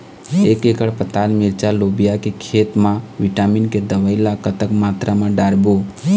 एक एकड़ पताल मिरचा लोबिया के खेत मा विटामिन के दवई ला कतक मात्रा म डारबो?